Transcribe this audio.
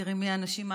ותראי מי האנשים שגרים,